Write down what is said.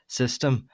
system